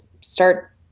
start